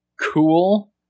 cool